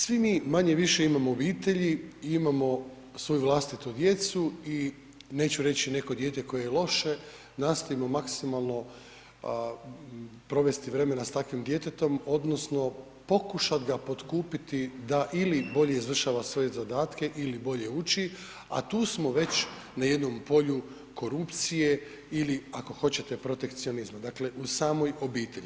Svi mi manje-više imamo obitelji i imamo svoju vlastitu djecu i neću reći neko dijete koje je loše nastojimo maksimalno provesti vremena s takvim djetetom odnosno pokušati ga potkupiti da ili bolje izvršava svoje zadatke ili bolje uči a tu smo već na jednom polju korupcije ili ako hoćete protekcionizma, dakle u samoj obitelji.